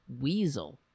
weasel